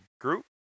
group